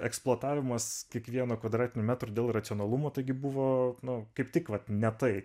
eksploatavimas kiekvieno kvadratinio metro dėl racionalumo taigi buvo nu kaip tik vat ne tai